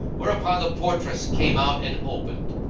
whereupon the portress came out and opened.